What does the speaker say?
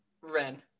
Ren